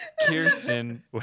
Kirsten